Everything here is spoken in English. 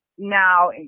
Now